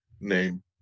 name